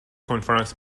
کنفرانس